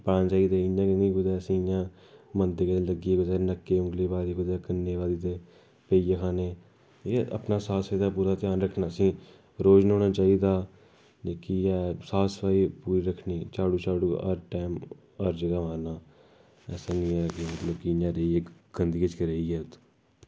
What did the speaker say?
पाने चाहिदे इ'यां नेईं कुतै असें इ'यां कुसै नक्के गी औंगली पाई दी कुसै क'नै पाई दी ते बैही गै खाने गी एह् अपना साफ सफाई दा पूरा ध्यान रखना असेंगी रोज न्होना चाहिदा जेह्की ह् साफ सफाई पूरी रक्खनी झाडू शाडू हर टाइम हर जगह मारना असेंगी केदें गंदगी च नेईं रौह्ना